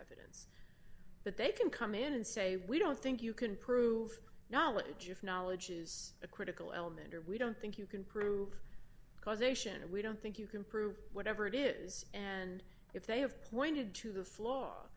evident but they can come in and say we don't think you can prove knowledge if knowledge is a critical element or we don't think you can prove causation and we don't think you can prove whatever it is and if they have pointed to the flaw